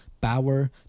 bauer